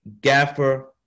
gaffer